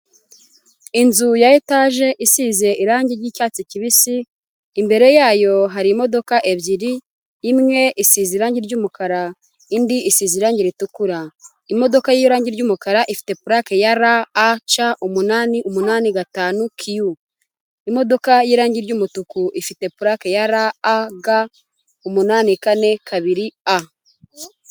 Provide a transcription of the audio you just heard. Inzu ya etaje isize irangi ry'icyatsi kibisi, imbere yayo hari imodoka ebyiri, imwe isize irangi ryumukara, indi isize irangi ritukura. Imodoka y'irangi ry'umukara ifite pulake ya RAC umunani umunani gatanu Q. Imodoka y'irangi ry'umutuku ifite pulake ya RAG umunani kane kabiri A.